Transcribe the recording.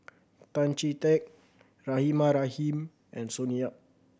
Tan Chee Teck Rahimah Rahim and Sonny Yap